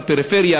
בפריפריה,